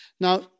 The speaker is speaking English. Now